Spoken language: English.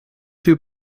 two